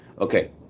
Okay